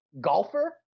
golfer